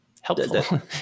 helpful